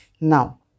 now